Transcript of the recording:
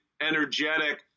energetic